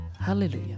Hallelujah